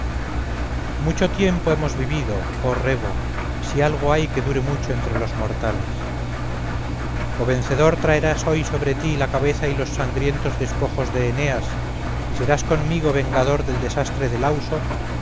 mucho tiempo hemos vivido oh rebo si algo hay que dure mucho entre los mortales o vencedor traerás hoy sobre ti la cabeza y los sangrientos despojos de eneas y serás conmigo vengador del desastre de lauso